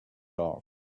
dog